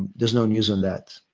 there's no news on that.